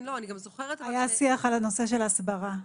היה שיח על הנושא של הסברה.